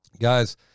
Guys